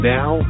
Now